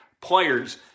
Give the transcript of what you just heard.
players